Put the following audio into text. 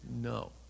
No